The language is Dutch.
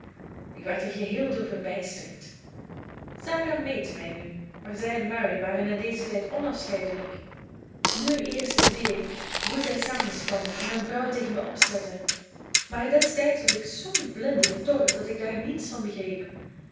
ik werd er geheel door verbijsterd sarah meed mij nu maar zij en mary waren in dezen tijd onafscheidelijk nu eerst zie ik hoe zij samenspande en mijn vrouw tegen mij opzette maar destijds was ik zoo'n blinde tor dat ik daar niets van begreep